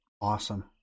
awesome